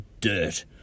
dirt